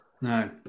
No